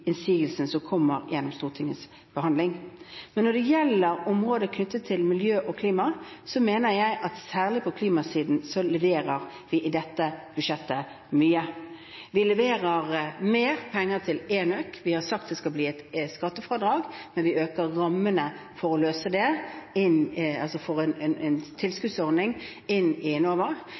som kommer gjennom Stortingets behandling. Men når det gjelder området knyttet til miljø og klima, mener jeg at særlig på klimasiden leverer vi mye i dette budsjettet. Vi leverer mer penger til enøk, vi har sagt at det skal bli et skattefradrag, men vi øker rammene for å løse det og får en tilskuddsordning inn i Enova. Vi sørger for mer penger inn i